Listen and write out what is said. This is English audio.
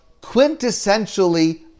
quintessentially